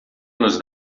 nos